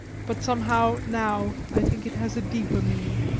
but somehow now i think it has a deeper meaning.